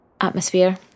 atmosphere